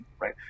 right